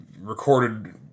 recorded